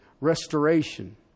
Restoration